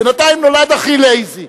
בינתיים נולד אחי לייזי,